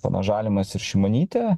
ponas žalimas ir šimonytė